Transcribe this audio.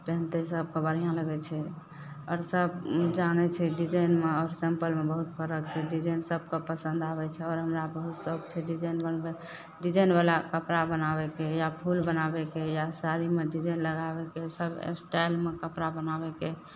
पेन्हतय सबके बढ़िआँ लगय छै आओर सब जानय छै डिजाइनमे आओर सिम्पलमे बहुत फर्क छै डिजाइन सबके पसन्द आबय छै आओर हमरा बहुत सओख छै डिजाइन बनबय डिजाइनवला कपड़ा बनाबयके या फूल बनाबयके या साड़ीमे डिजाइन लगाबयके सब स्टाइलमे कपड़ा बनाबयके